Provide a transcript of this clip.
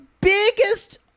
biggest